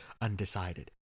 undecided